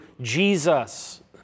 Jesus